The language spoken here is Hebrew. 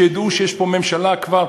שידעו שיש פה ממשלה כבר,